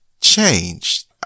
changed